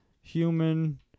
Human